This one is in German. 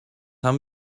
haben